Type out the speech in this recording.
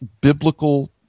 biblical